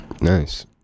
nice